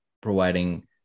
providing